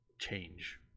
change